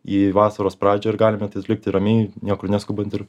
į vasaros pradžią ir galime tai atlikti ramiai niekur neskubant ir